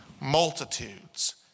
multitudes